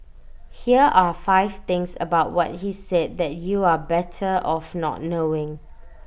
here are five things about what he said that you are better off not knowing